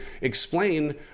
explain